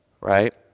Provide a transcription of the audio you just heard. right